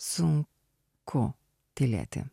sunku tylėti